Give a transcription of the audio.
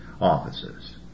offices